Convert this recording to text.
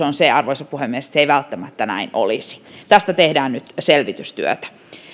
on se arvoisa puhemies että se ei välttämättä näin olisi tästä tehdään nyt selvitystyötä